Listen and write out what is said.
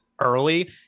early